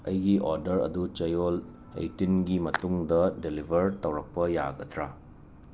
ꯑꯩꯒꯤ ꯑꯣꯗꯔ ꯑꯗꯨ ꯆꯌꯣꯜ ꯑꯩꯇꯤꯟꯒꯤ ꯃꯇꯨꯡꯗ ꯗꯦꯂꯤꯕꯔ ꯇꯧꯔꯛꯄ ꯌꯥꯒꯗ꯭ꯔ